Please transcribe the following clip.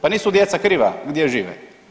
Pa nisu djeca kriva gdje žive.